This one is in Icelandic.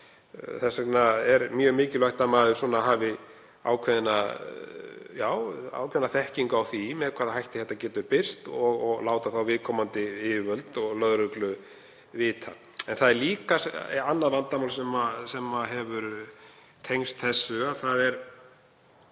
Það er því mjög mikilvægt að maður hafi ákveðna þekkingu á því með hvaða hætti þetta getur birst og láti þá viðkomandi yfirvöld og lögreglu vita. En það er líka annað vandamál sem hefur tengst þessu, það er